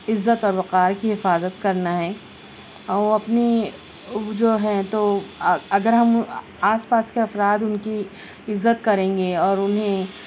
عزت اور وقار کی حفاظت کرنا ہے وہ اپنی جو ہیں تو اگر ہم آس پاس کے افراد ان کی عزت کریں گے اور انہیں